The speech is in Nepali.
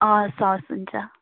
हस् हस् हुन्छ